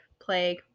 plague